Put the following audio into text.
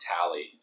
tally